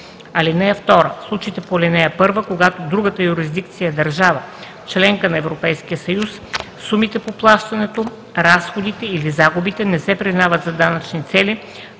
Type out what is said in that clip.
доход. (2) В случаите по ал. 1, когато другата юрисдикция е държава – членка на Европейския съюз, сумите по плащането, разходите или загубите не се признават за данъчни цели,